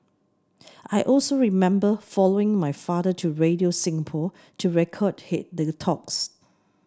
I also remember following my father to Radio Singapore to record hit the talks